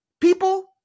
people